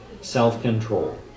self-control